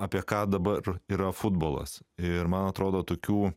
apie ką dabar yra futbolas ir man atrodo tokių